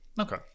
Okay